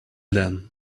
then